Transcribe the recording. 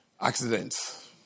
accidents